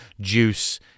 juice